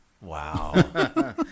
Wow